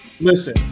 listen